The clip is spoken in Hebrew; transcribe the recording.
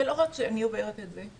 זה לא רק שאני אומרת את זה,